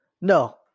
No